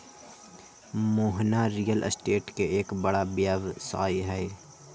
Mohana real state के एक बड़ा व्यवसायी हई